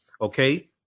Okay